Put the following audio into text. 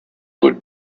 would